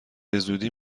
زودی